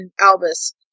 Albus